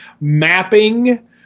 mapping